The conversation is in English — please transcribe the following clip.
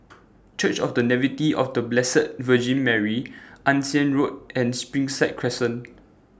Church of The Nativity of The Blessed Virgin Mary Ann Siang Road and Springside Crescent